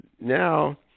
now